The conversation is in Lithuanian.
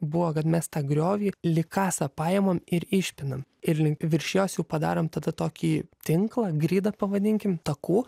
buvo kad mes tą griovį lyg kasą paimam ir išpinam ir virš jos jau padarom tada tokį tinklą gridą pavadinkim takų